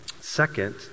Second